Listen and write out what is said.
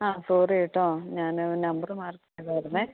ആ സോറി കേട്ടോ ഞാൻ നമ്പറ് മാറി പോയതായിരുന്നു